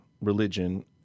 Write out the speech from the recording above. religion